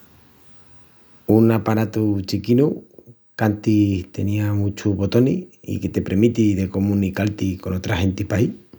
Un aparatu chiquinu qu’antis tenía muchus botonis i que te premiti de comunical-ti con otra genti paí.